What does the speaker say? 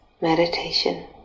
meditation